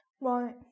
Right